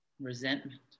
resentment